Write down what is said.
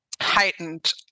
heightened